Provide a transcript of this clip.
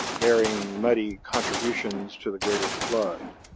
bearing muddy contributions to the greater flood.